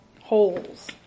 holes